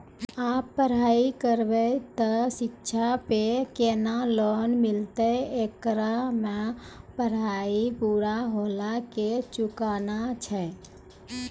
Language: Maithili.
आप पराई करेव ते शिक्षा पे केना लोन मिलते येकर मे पराई पुरा होला के चुकाना छै?